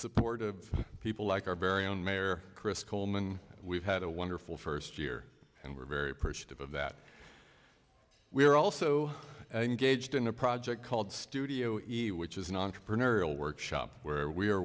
support of people like our very own mayor chris coleman we've had a wonderful first year and we're very appreciative of that we are also engaged in a project called studio which is an entrepreneurial workshop where we